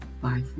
Bye